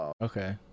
okay